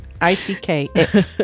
I-C-K